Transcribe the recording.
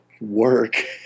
work